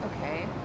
Okay